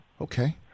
Okay